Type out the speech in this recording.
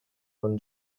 con